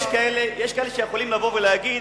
יש כאלה שיכולים לבוא ולהגיד: